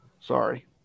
Sorry